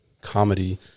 comedy